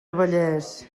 vallés